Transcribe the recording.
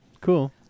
Cool